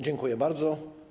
Dziękuję bardzo.